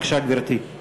בבקשה, גברתי.